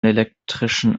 elektrischen